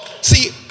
See